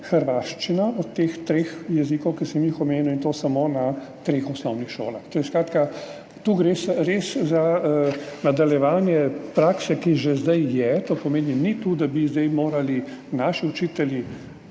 hrvaščina od teh treh jezikov, ki sem jih omenil, in to samo na treh osnovnih šolah. Skratka, tu gre res za nadaljevanje prakse, ki je že zdaj. To pomeni, ni tu, da bi zdaj morali naši učitelji